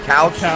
Couch